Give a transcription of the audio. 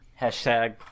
Hashtag